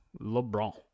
LeBron